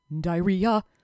diarrhea